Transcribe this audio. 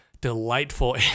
delightful